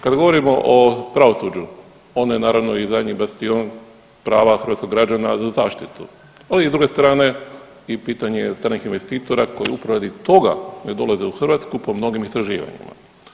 Kad govorimo o pravosuđu, ono je naravno i zadnji … prava hrvatskog građana za zaštitu, ali i s druge strane pitanje stranih investitora koji upravo radi toga ne dolaze u Hrvatsku po mnogim istraživanjima.